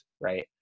right